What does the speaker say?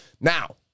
Now